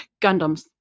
Gundams